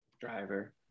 Driver